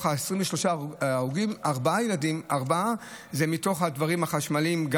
ארבעה ילדים הם מהכלים החשמליים.